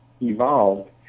evolved